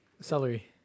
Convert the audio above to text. Celery